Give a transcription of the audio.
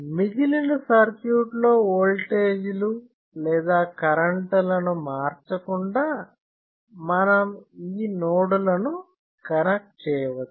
మిగిలిన సర్క్యూట్లో వోల్టేజీలు లేదా కరెంట్లను మార్చకుండా మనం ఈ నోడ్లను కనెక్ట్ చేయవచ్చు